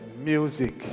music